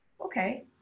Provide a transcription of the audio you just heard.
okay